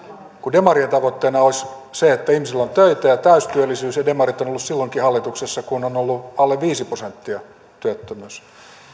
demarien tavoitteena olisi se että ihmisillä on töitä ja täystyöllisyys ja demarit ovat olleet silloinkin hallituksessa kun työttömyys on ollut alle viisi prosenttia